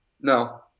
no